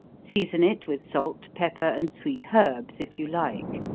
season it with salt, pepper, and sweet herbs if you like.